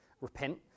repent